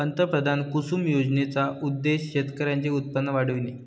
पंतप्रधान कुसुम योजनेचा उद्देश शेतकऱ्यांचे उत्पन्न वाढविणे